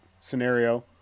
scenario